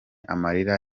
amarira